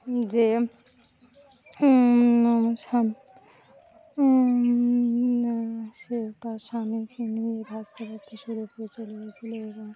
যে সে তার স্বামীকে ভাসতে ভাসতে শুরু করে চলে গিয়েছিল এবং